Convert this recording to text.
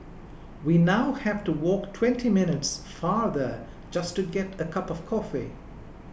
we now have to walk twenty minutes farther just to get a cup of coffee